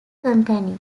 company